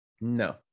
No